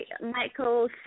Michael